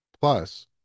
Plus